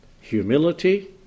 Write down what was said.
humility